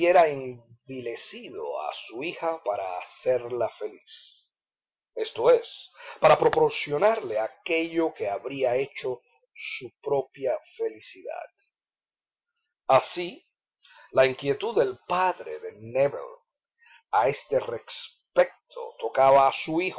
envilecido a su hija para hacerla feliz esto es para proporcionarle aquello que habría hecho su propia felicidad así la inquietud del padre de nébel a este respecto tocaba a su